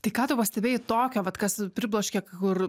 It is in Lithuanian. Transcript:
tai ką tu pastebėjai tokio vat kas pribloškė kur